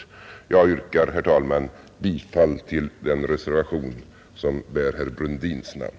Jag yrkar, herr talman, bifall till den reservation som bär herr Brundins namn.